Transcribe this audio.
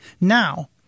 Now